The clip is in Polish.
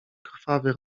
krwawy